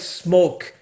smoke